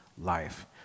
life